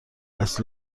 است